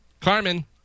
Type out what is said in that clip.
Carmen